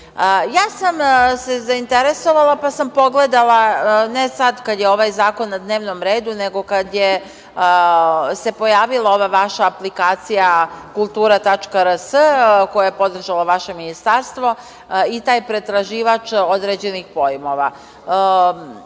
poseduje. Zainteresovala sam se, pa sam pogledala, ne samo sad kad je ovaj zakon na dnevnom redu, nego kad se pojavila ova vaša aplikacija „kultura.rs“ koju je podržalo vaše Ministarstvo i taj pretraživač određenih pojmova. Vi,